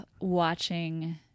watching